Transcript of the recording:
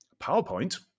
PowerPoint